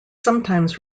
sometimes